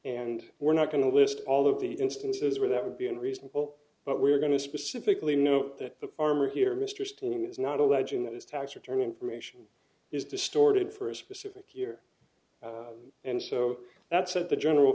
and we're not going to list all of the instances where that would be unreasonable but we're going to specifically note that the farmer here mr sterling is not alleging that his tax return information is distorted for a specific year and so that said the general